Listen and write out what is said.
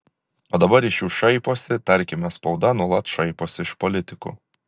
o dabar iš jų šaiposi tarkime spauda nuolat šaiposi iš politikų